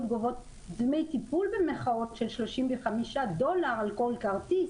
גובות דמי טיפול של 35 דולר על כל כרטיס,